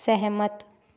सहमत